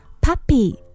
Puppy